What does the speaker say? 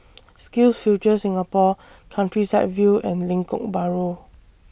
SkillsFuture Singapore Countryside View and Lengkok Bahru